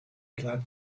glad